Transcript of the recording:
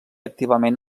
activament